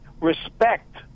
respect